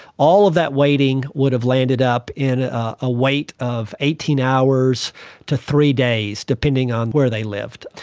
all of that waiting would have landed up in a wait of eighteen hours to three days, depending on where they lived.